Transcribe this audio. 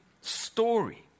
story